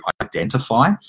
identify